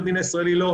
בדין הישראלי לא,